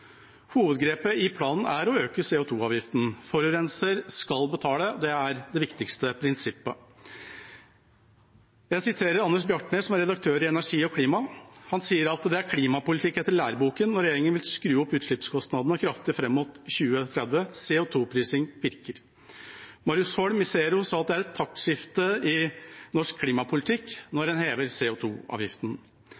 Hovedgrepet i planen er å øke CO 2 -avgiften. Forurenser skal betale, det er det viktigste prinsippet. Anders Bjartnes, redaktør i Energi og Klima, sier at det er klimapolitikk etter læreboka når regjeringa vil skru opp utslippskostnadene kraftig fram mot 2030. CO 2 -prising virker. Marius Holm i Zero har sagt at det er et taktskifte i norsk klimapolitikk når